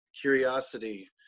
curiosity